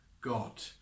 god